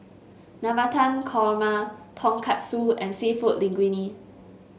Navratan Korma Tonkatsu and seafood Linguine